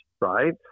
right